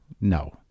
no